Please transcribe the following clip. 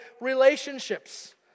relationships